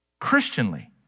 Christianly